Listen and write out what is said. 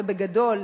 ובגדול.